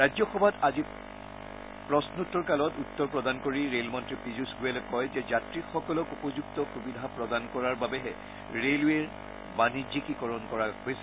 ৰাজ্যসভাত আজি প্ৰশোত্তৰ কালত উত্তৰ প্ৰদান কৰি ৰে'লমন্ত্ৰী পিয়ুষ গোয়েলে কয় যে যাত্ৰীসকলক উপযুক্ত সুবিধা প্ৰদান কৰাৰ বাবে ৰেলৱেৰ বাণিজ্যিকীকৰণ কৰা হৈছে